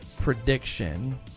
prediction